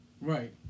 Right